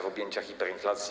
W objęcia hiperinflacji.